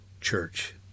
church